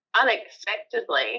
Unexpectedly